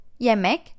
Yemek